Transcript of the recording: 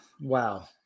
wow